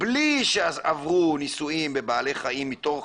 בלי שעברו ניסויים בבעלי חיים מתוך